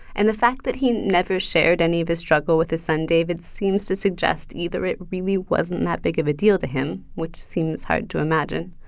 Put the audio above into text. and the fact that he never shared any of this struggle with his son david seems to suggest either it really wasn't that big of a deal to him, which seems hard to imagine.